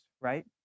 right